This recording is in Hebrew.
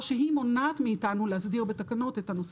שהיא מונעת מאתנו להסדיר בתקנות את הנושא.